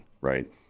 right